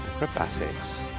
acrobatics